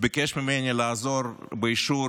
ביקש ממני לעזור באישור